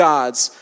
God's